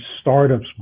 startups